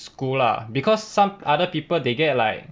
school lah because some other people they get like